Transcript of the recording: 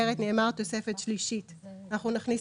בתוספת הראשונה,